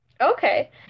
Okay